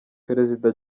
perezida